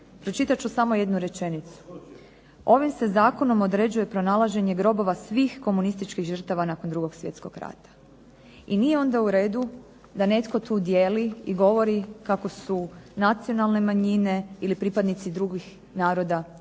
Pročitat ću jednu rečenicu: Ovim se Zakonom određuje pronalaženje grobova svih komunističkih žrtava nakon 2. Svjetskog rata i nije u redu da netko tu dijeli i govori kako su nacionalne manjine ili pripadnici drugih naroda